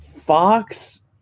Fox